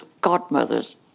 godmothers